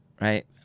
right